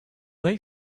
they